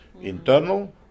internal